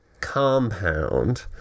compound